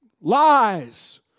lies